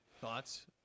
thoughts